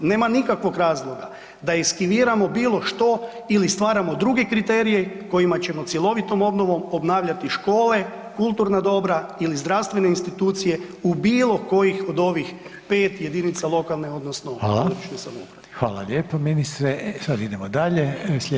Nema nikakvog razloga da eskiviramo bilo što ili stvaramo druge kriterije kojima ćemo cjelovitom obnovom obnavljati škole, kulturna dobra ili zdravstvene institucije u bilokojih od ovih 5 jedinica lokalne odnosno područne samouprave.